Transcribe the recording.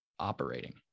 operating